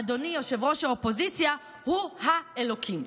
שאדוני ראש האופוזיציה הוא האלוקים.